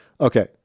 Okay